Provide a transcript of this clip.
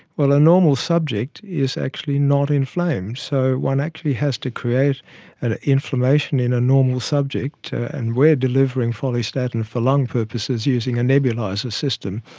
well, a normal subject is actually not inflamed, so one actually has to create an inflammation in a normal subject, and we are delivering follistatin for lung purposes using a nebuliser system.